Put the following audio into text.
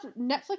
Netflix